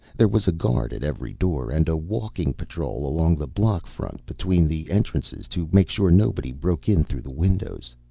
there was a guard at every door and a walking patrol along the block-front between the entrances to make sure nobody broke in through the windows.